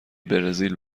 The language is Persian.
برزیل